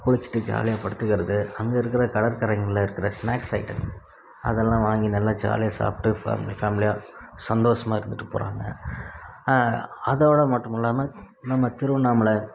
குளிச்சுட்டு ஜாலியாக படுத்துக்கிறது அங்கே இருக்கிற கடற்கரைங்களில் இருக்கிற ஸ்நாக்ஸ் ஐட்டம் அதெல்லாம் வாங்கி நல்லா ஜாலியாக சாப்பிட்டு ஃபேமிலி ஃபேமிலியாக சந்தோஷமா இருந்துட்டு போகிறாங்க அதோடு மட்டுமில்லாமல் நம்ம திருவண்ணாமலை